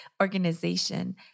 organization